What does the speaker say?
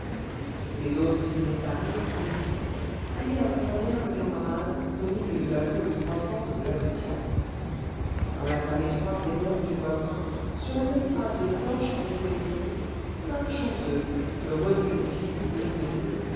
les autres se mirent à rire hésitants puis accompagnèrent le camarade au milieu de la cohue croissante de la ducasse dans la salle étroite et longue du volcan sur une estrade de planches dressée au fond cinq chanteuses le rebut des filles publiques de lille